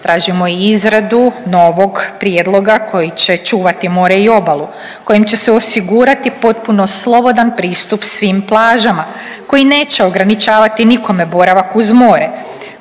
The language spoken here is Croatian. Tražimo i izradu novog prijedloga koji će čuvati more i obalu, kojim će se osigurati potpuno slobodan pristup svim plažama, koji neće ograničavati nikome boravak uz more,